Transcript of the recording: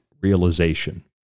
realization